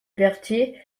berthier